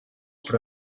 però